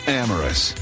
amorous